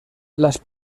las